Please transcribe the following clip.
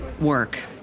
work